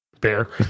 bear